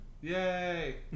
Yay